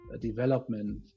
development